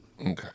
Okay